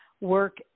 work